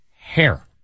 hair